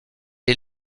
est